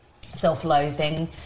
self-loathing